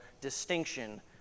distinction